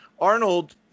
Arnold